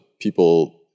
people